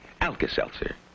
Alka-Seltzer